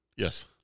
Yes